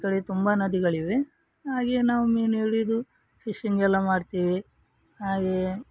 ಈ ಕಡೆ ತುಂಬ ನದಿಗಳಿವೆ ಹಾಗೆಯೇ ನಾವು ಮೀನು ಹಿಡಿದು ಫಿಶಿಂಗೆಲ್ಲ ಮಾಡ್ತೀವಿ ಹಾಗೆಯೇ